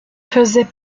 faisait